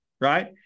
right